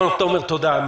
רון תומר, תודה.